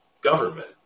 government